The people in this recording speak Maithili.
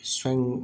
स्वयं